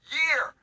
year